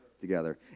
together